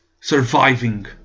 surviving